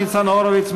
ניצן הורוביץ,